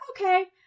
okay